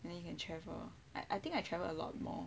then you can travel I I think I travel a lot more